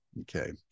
okay